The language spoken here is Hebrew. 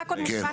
רק עוד משפט אחד.